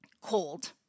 cold